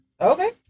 Okay